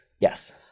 yes